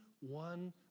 one